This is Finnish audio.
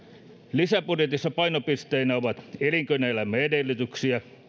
lisäbudjetissa painopisteinä ovat elinkeinoelämän edellytyksiä